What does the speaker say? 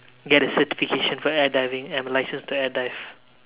get a certification for air diving and a license to air dive